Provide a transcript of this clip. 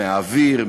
מהאוויר,